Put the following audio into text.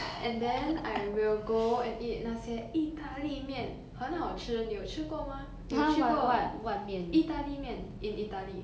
and then I will go and eat 那些意大利面很好吃你有吃过吗你有吃过意大利面 in italy